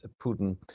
Putin